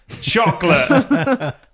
chocolate